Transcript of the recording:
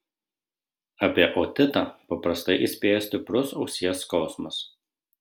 apie otitą paprastai įspėja stiprus ausies skausmas